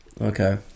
Okay